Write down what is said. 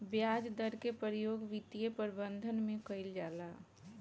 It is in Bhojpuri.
ब्याज दर के प्रयोग वित्तीय प्रबंधन में कईल जाला